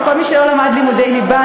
לכל מי שלא למד לימודי ליבה,